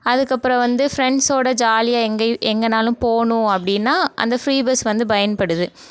அதுக்கப்புறம் வந்து ஃப்ரெண்ஸோட ஜாலியாக எங்கேயும் எங்கேனாலும் போகணும் அப்படின்னா அந்த ஃப்ரீ பஸ் வந்து பயன்படுது